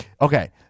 Okay